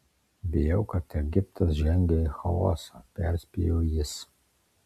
bijau kad egiptas žengia į chaosą perspėjo jis